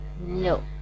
No